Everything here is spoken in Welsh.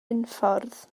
unffordd